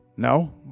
No